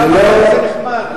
כמה זה נחמד.